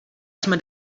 jsme